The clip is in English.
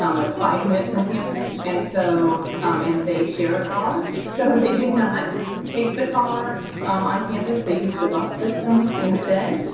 um like five minutes from campus. and so um and they share a car. so they did not take the car on campus. they used the bus system instead.